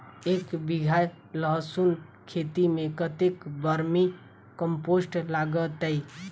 एक बीघा लहसून खेती मे कतेक बर्मी कम्पोस्ट लागतै?